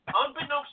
unbeknownst